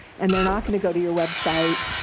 and they're not going to go to your website,